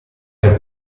per